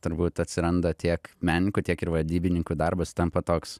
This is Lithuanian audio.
turbūt atsiranda tiek menininkų tiek ir vadybininkų darbas tampa toks